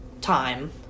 time